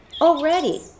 already